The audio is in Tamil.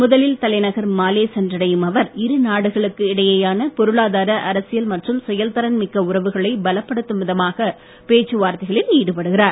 முதலில் தலைநகர் மாலே சென்றடையும் அவர் இரு நாடுகளுக்கு இடையேயான பொருளாதார அரசியல் மற்றும் செயல்திறன் மிக்க உறவுகளை பலப்படுத்தும் விதமாக பேச்சுவார்த்தைகளில் ஈடுபடுகிறார்